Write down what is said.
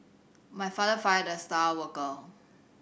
my father fired the star worker